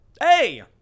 Hey